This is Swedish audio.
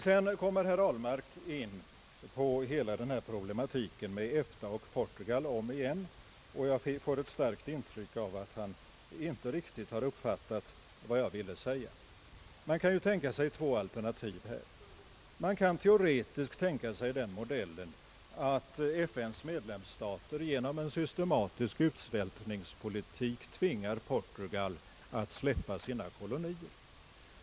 Herr Ahlmark kom omigen in på problematiken om EFTA och Portugal. Jag får ett starkt intryck av, att han inte riktigt uppfattat vad jag ville säga. Man kan teoretiskt tänka sig den modellen, att FN:s medlemsstater genom en systematisk utsvältningspolitik tvingar Portugal att släppa sina kolonier.